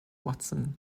watson